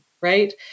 right